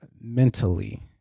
mentally